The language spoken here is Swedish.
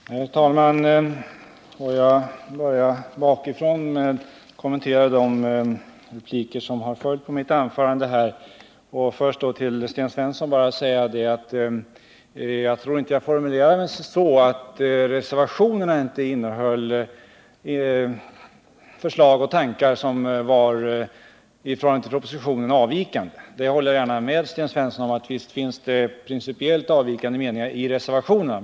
Herr talman! Låt mig börja bakifrån när jag kommenterar de repliker som har följt på mitt anförande. Först vill jag till Sten Svensson bara säga att jag inte tror att jag formulerade mig så att reservationerna inte innehöll förslag och tankar som var avvikande i förhållande till propositionen. Jag håller gärna med Sten Svensson om att visst finns det principiellt avvikande meningar i reservationerna.